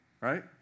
right